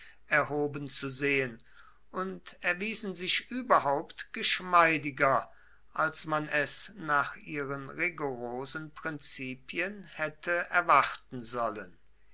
erhoben zu sehen und erwiesen sich überhaupt geschmeidiger als man es nach ihren rigorosen prinzipien hätte erwarten sollen